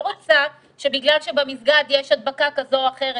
רוצה שבגלל שבמסגד יש הדבקה כזו או אחרת,